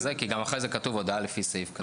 גם אחרי זה כתוב: "הודעה לפי סעיף קטן".